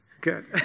Good